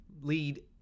lead